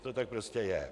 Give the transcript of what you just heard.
To tak prostě je.